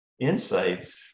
insights